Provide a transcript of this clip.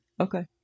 Okay